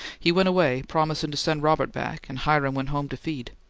he went away, promisin' to send robert back, and hiram went home to feed.